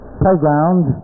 playground